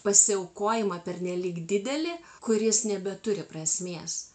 pasiaukojimą pernelyg didelį kuris nebeturi prasmės